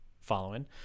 Following